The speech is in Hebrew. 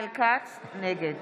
נגד